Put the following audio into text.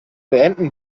beenden